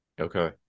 okay